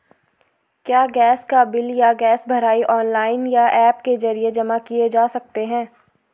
क्या गैस का बिल या गैस भराई ऑनलाइन या ऐप के जरिये जमा किये जा सकते हैं?